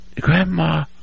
Grandma